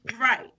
Right